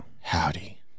Howdy